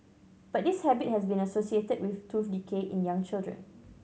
but this habit has been associated with tooth decay in young children